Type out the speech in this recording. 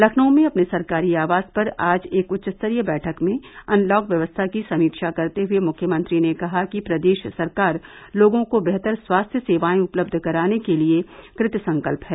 लखनऊ में अपने सरकारी आवास पर आज एक उच्चस्तरीय बैठक में अनलॉक व्यवस्था की समीक्षा करते हुए मुख्यमंत्री ने कहा कि प्रदेश सरकार लोगों को बेहतर स्वास्थ्य सेवाए उपलब्ध कराने के लिए कृतसंकल्प है